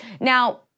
Now